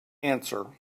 answer